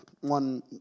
one